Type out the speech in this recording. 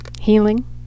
healing